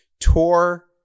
tore